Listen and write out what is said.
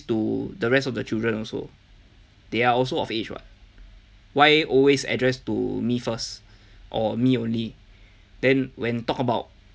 to the rest of the children also they are also of age [what] why always address to me first or me only then when talk about